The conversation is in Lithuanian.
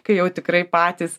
kai jau tikrai patys